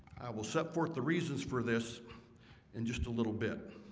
will set forth the reasons for this in just a little bit